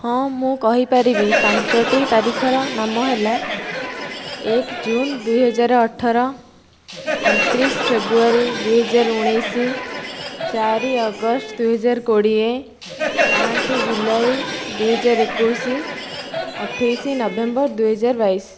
ହଁ ମୁଁ କହିପାରିବି ପାଞ୍ଚଟି ତାରିଖର ନାମ ହେଲା ଏକ ଜୁନ ଦୁଇ ହଜାର ଅଠର ଅଣତିରିଶ ଫେବ୍ରୁଆରି ଦୁଇ ହଜାର ଊଣେଇଶ ଚାରି ଅଗଷ୍ଟ ଦୁଇ ହଜାର କୋଡ଼ିଏ ପାଞ୍ଚ ଜୁଲାଇ ଦୁଇ ହଜାର ଏକୋଇଶ ଅଠେଇଶ ନଭେମ୍ବର ଦୁଇ ହଜାର ବାଇଶ